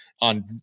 on